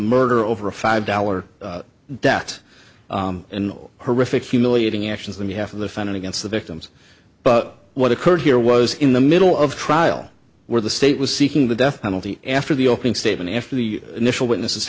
murder over a five dollar debt in all horrific humiliating actions then you have the final against the victims but what occurred here was in the middle of trial where the state was seeking the death penalty after the opening statement after the initial witnesses